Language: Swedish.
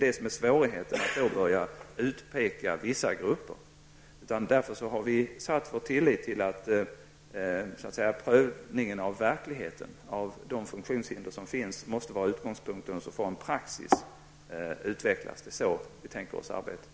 Det är svårt att utpeka vissa grupper, och vi har därför satt vår tillit till en prövning av de verkliga förhållandena. De funktionshinder som finns måste vara utgångspunkten, och sedan får en praxis utvecklas. Det är så vi tänker oss arbetet.